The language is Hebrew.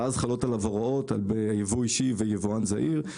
ואז חלות עליו הוראות יבוא אישי ויבואן זעיר,